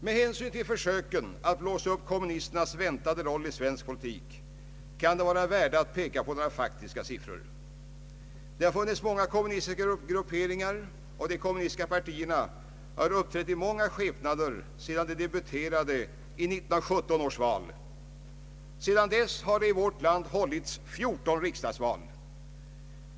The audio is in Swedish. Med hänsyn till försöken att blåsa upp kommunisternas väntade roll i svensk politik kan det vara av värde att peka på några faktiska siffror. Det har funnits många kommunistiska grupperingar, och de kommunistiska partierna har uppträtt i många skepnader sedan de debuterade i 1917 års val. Sedan dess har det i vårt land hållits 14 riksdagsval.